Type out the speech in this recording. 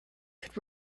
could